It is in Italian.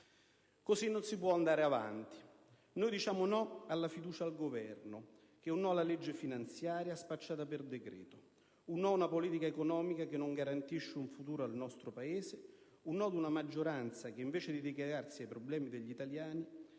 Così non si può andare avanti. Noi diciamo no alla fiducia al Governo, che è un no alla legge finanziaria spacciata per decreto. Un no ad una politica economica che non garantisce un futuro al nostro Paese, un no ad una maggioranza che invece di dedicarsi ai problemi degli italiani